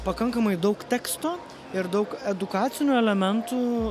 pakankamai daug teksto ir daug edukacinių elementų